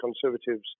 Conservatives